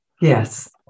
Yes